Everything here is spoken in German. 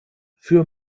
für